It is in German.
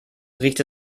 riecht